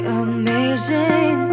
amazing